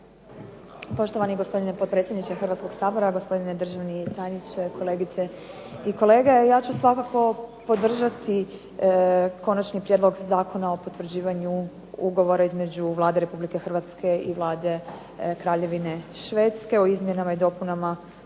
Poštovani gospodine potpredsjedniče Hrvatskog sabora, gospodine državni tajniče, kolegice i kolege. Ja ću svakako podržati Konačni prijedlog Zakona o potvrđivanju ugovora između Vlade Republike Hrvatske i Vlade Kraljevine Švedske o izmjenama i dopunama